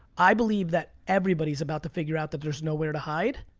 i believe that everybody's about to figure out that there's nowhere to hide,